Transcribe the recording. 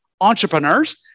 entrepreneurs